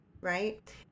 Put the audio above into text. Right